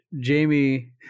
jamie